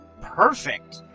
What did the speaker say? Perfect